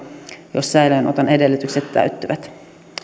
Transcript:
jos säilöönoton edellytykset täyttyvät